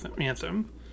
anthem